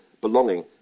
belonging